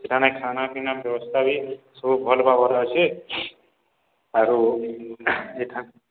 ସେଠାନେ ଖାନା ପିନା ବ୍ୟବସ୍ଥା ବି ସବୁ ଭଲ୍ ଭାବରେ ଅଛେ ଆରୁ ଇଠାନେ